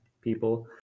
people